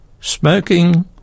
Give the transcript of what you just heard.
smoking